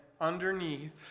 underneath